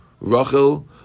Rachel